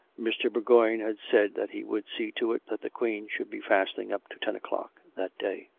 mr, bourgoign had said that he would see to it that the queen should be fasting up to ten o'clock that day.